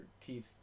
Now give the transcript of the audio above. teeth